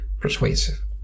persuasive